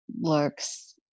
looks